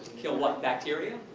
kill what? bacteria?